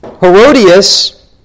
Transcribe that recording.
Herodias